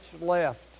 left